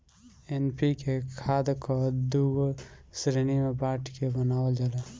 NPK खाद कअ दूगो श्रेणी में बाँट के बनावल जाला